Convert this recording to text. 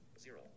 Zero